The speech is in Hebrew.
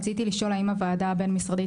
רציתי לשאול האם הוועדה הבין-משרדית